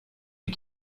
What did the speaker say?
you